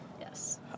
Yes